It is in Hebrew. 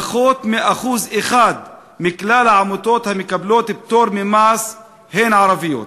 פחות מ-1% מכלל העמותות המקבלות פטור ממס הן ערביות.